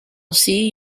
see